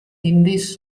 indis